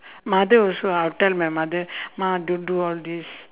mother also I'll tell my mother ma don't do all this